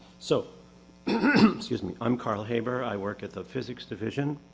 so excuse me, i'm carl haber. i work at the physics division,